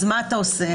אז מה אתה עושה?